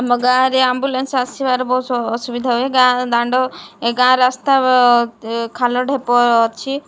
ଆମ ଗାଁରେ ଆମ୍ବୁଲାନ୍ସ ଆସିବାର ବହୁତ ଅସୁବିଧା ହୁଏ ଗାଁ ଦାଣ୍ଡ ଗାଁ ରାସ୍ତା ଖାଲ ଢ଼େପ ଅଛି